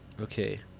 okay